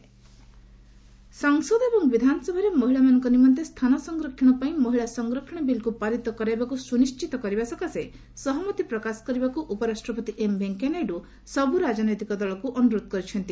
ନାଇଡ୍ରୁ ସଂସଦ ଏବଂ ବିଧାନସଭାରେ ମହିଳାମାନଙ୍କ ନିମନ୍ତେ ସ୍ଥାନ ସଂରକ୍ଷଣ ପାଇଁ ମହିଳା ସଂରକ୍ଷଣ ବିଲ୍କୁ ପାରିତ କରାଇବାକୁ ସୁନିଶ୍ଚିତ କରିବା ସକାଶେ ସହମତି ପ୍ରକାଶ କରିବାକୁ ଉପରାଷ୍ଟ୍ରପତି ଏମ୍ ଭେଙ୍କିୟା ନାଇଡୁ ସବୁ ରାଜନୈତିକ ଦଳକୁ ଅନୁରୋଧ କରିଛନ୍ତି